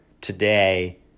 today